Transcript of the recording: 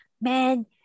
man